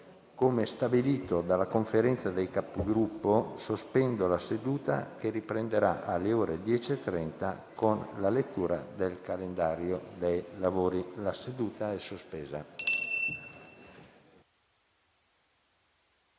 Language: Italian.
Come stabilito dalla Conferenza dei Capigruppo, sospendo la seduta, che riprenderà alle ore 10,30 con la lettura del calendario dei lavori. La seduta è sospesa.